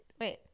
Wait